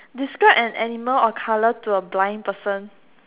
describe an animal or a colour to a blind person